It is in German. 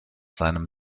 seinem